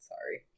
Sorry